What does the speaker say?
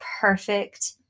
perfect